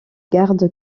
garde